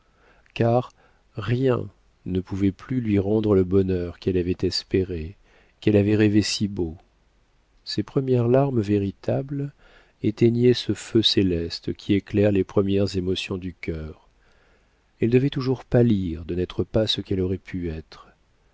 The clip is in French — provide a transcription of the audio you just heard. car rien ne pouvait plus lui rendre le bonheur qu'elle avait espéré qu'elle avait rêvé si beau ses premières larmes véritables éteignaient ce feu céleste qui éclaire les premières émotions du cœur elle devait toujours pâtir de n'être pas ce qu'elle aurait pu être